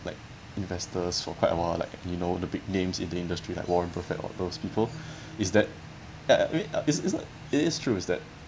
like investors for quite awhile like you know the big names in the industry like warren buffet all those people i~ is is it's not it is true is that